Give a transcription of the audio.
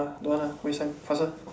don't want ah waste time faster